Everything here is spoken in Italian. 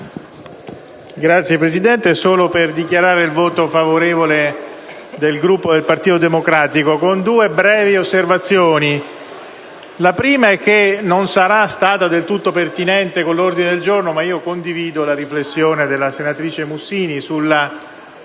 io intervengo solo per dichiarare il voto favorevole del Gruppo del Partito Democratico, con due brevi osservazioni. La prima è che, anche se non sarà stata del tutto pertinente con l'ordine del giorno, io condivido l'osservazione della senatrice Mussini sulla